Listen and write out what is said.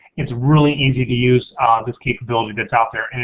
it's really easy to use this capability that's out there.